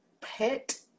pet